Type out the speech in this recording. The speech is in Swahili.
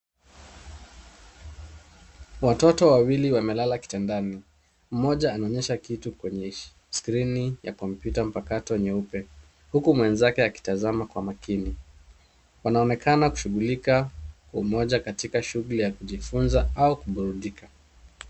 Watoto wawili wamelala kitandani. Mmoja anaonyesha kitu kwenye skirini ya kmpyuta mpakato nyeupe huku mwenzake akitazama kwa makini. Wanaonekana kushughulika kwa umoja katika shughuli ya kujifunza au kuburudika.